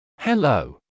Hello